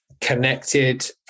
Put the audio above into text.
connected